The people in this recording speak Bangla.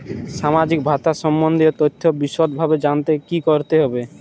সামাজিক ভাতা সম্বন্ধীয় তথ্য বিষদভাবে জানতে কী করতে হবে?